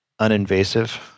uninvasive